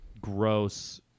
gross